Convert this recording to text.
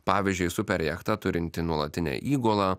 pavyzdžiui super jachta turinti nuolatinę įgulą